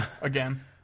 again